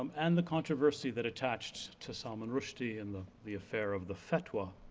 um and the controversy that attached to salman rushdie and the the affair of the fatwa.